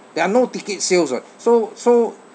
there are no ticket sales [what] so so